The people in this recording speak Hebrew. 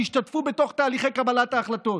שהשתתפו בתהליכי קבלת ההחלטות.